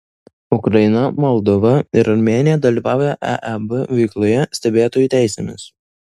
ukraina moldova ir armėnija dalyvauja eeb veikloje stebėtojų teisėmis